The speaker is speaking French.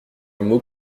mot